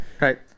Right